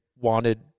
wanted